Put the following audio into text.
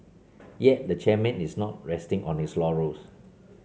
yet the chairman is not resting on his laurels